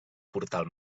portal